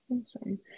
Awesome